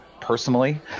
personally